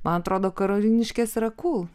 man atrodo karoliniškės yra kūl